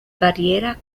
barriera